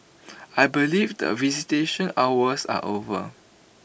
I believe that visitation hours are over